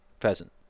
pheasant